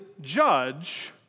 judge